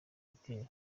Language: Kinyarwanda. gitero